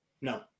No